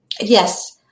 Yes